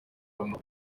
rumwe